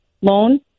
loan